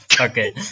Okay